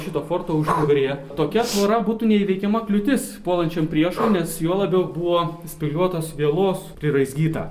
šito forto užnugaryje tokia tvora būtų neįveikiama kliūtis puolančiam priešui nes juo labiau buvo spygliuotos vielos priraizgyta